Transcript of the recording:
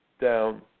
down